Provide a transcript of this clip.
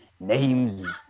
Name's